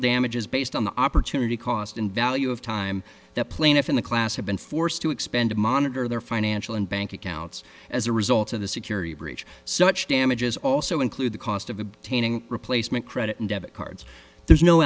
damages based on the opportunity cost and value of time the plaintiff in the class have been forced to expend to monitor their financial and bank accounts as a result of the security breach so much damages also include the cost of obtaining replacement credit and debit cards there's no